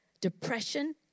depression